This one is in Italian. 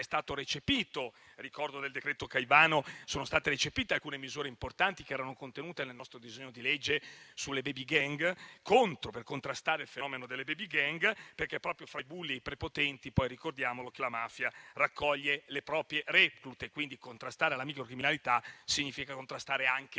del decreto Caivano sono state recepite alcune misure importanti che erano contenute nel nostro disegno di legge per contrastare il fenomeno delle *baby gang*, perché è proprio fra i bulli e i prepotenti che la mafia raccoglie le proprie reclute; quindi contrastare la microcriminalità significa contrastare anche il